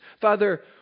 Father